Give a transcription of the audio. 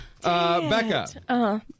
Becca